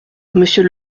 monsieur